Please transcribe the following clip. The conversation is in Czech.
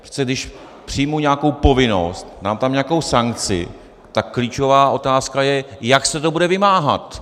Přece když přijmu nějakou povinnost, mám tam nějakou sankci, tak klíčová otázka je, jak se to bude vymáhat.